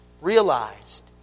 realized